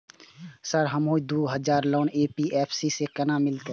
Sir हमरो दूय हजार लोन एन.बी.एफ.सी से केना मिलते?